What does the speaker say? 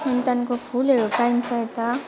अनि त्यहाँदेखिको फुलहरू पाइन्छ यता